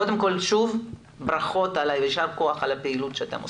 קודם כל שוב ברכות ויישר כח על הפעילות שאתם עושים.